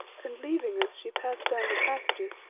and leaving us, she passed down the passages,